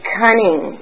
cunning